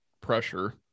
pressure